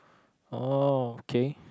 oh okay